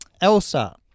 Elsa